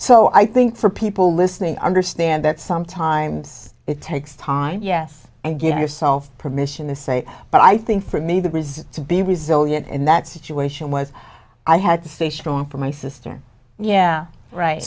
so i think for people listening i understand that sometimes it takes time yes and give yourself permission to say but i think for me the reason to be resilient in that situation was i had to stay strong for my sister yeah right